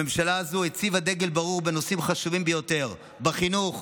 הממשלה הזו הציבה דגל ברור בנושאים חשובים ביותר: בחינוך,